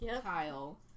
Kyle